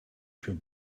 für